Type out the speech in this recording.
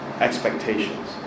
expectations